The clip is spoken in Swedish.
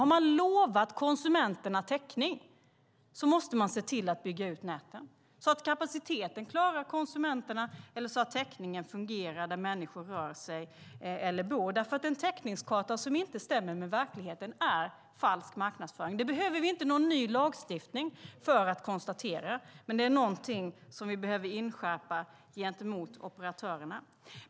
Har man lovat konsumenterna täckning måste man se till att bygga ut näten, så att kapaciteten klarar konsumenterna eller så att täckningen fungerar där människor rör sig eller bor. En täckningskarta som inte stämmer med verkligheten är falsk marknadsföring. Det behöver vi inte någon ny lagstiftning för att konstatera. Men det är någonting som vi behöver inskärpa gentemot operatörerna.